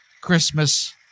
Christmas